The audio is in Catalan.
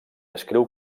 escriu